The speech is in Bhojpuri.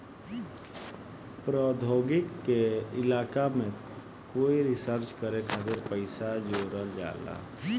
प्रौद्योगिकी के इलाका में कोई रिसर्च करे खातिर पइसा जोरल जाला